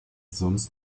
sonst